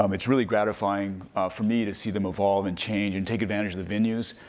um it's really gratifying for me to see them evolve and change and take advantage of the venues,